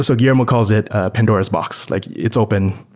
so guillermo calls it a pandora's box, like it's open.